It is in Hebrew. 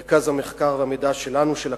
מרכז המחקר והמידע שלנו, של הכנסת,